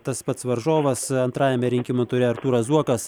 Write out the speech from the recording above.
tas pats varžovas antrajame rinkimų ture artūras zuokas